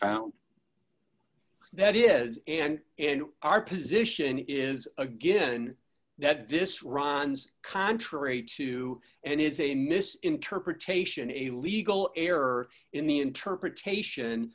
found that is and in our position is a given that this runs contrary to and is a mis interpretation a legal error in the interpretation